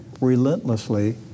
relentlessly